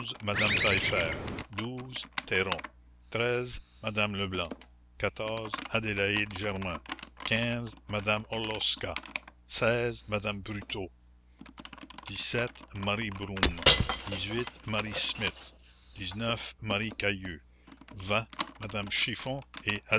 madame t douze ter treize madame eblanc adélaïde germain madame hros madame brutaux marie marie ma marie caille vingt madame chiffon et